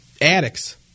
addicts